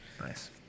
Nice